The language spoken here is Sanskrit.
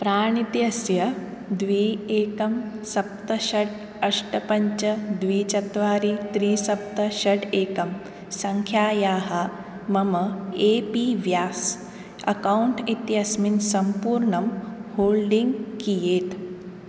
प्राण इत्यस्य द्वि एकं सप्त षड् अष्ट पञ्च द्वि चत्वारि त्रि सप्त षड् एकं सङ्ख्यायाः मम ए पी व्यास अकौण्ट् इत्यस्मिन् सम्पूर्णं होल्डिङ्ग् कियेत्